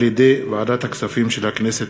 על-ידי ועדת הכספים של הכנסת.